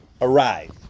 arrive